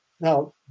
now